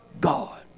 God